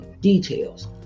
details